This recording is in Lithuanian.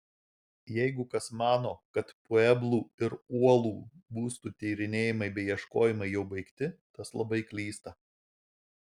jeigu kas mano kad pueblų ir uolų būstų tyrinėjimai bei ieškojimai jau baigti tas labai klysta